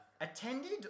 attended